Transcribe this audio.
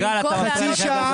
במשך חצי שעה